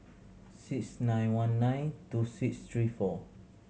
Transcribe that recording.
six nine one nine two six three four